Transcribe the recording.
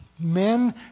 Men